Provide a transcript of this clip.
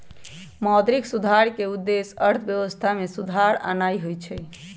मौद्रिक सुधार के उद्देश्य अर्थव्यवस्था में सुधार आनन्नाइ होइ छइ